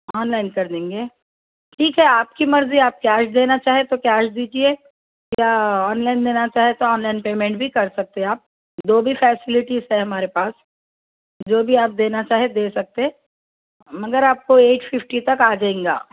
online کر دیں گے ٹھیک ہے آپ کی مرضی آپ کیش دینا چاہے تو کیش دیجیے یا آنلائن دینا چاہے تو آنلائن پیمینٹ بھی کر سکتے آپ دو بھی فیسلٹیز ہے ہمارے پاس جو بھی آپ دینا چاہے دے سکتے مگر آپ کو ایٹ ففٹی تک آ جائیں گا